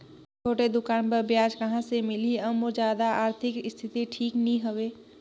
छोटे दुकान बर ब्याज कहा से मिल ही और मोर जादा आरथिक स्थिति ठीक नी हवे?